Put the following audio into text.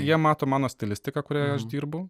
jie mato mano stilistiką kurioje aš dirbu